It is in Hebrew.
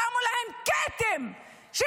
שמו להם כתם על לא כלום,